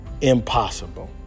impossible